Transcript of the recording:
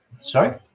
Sorry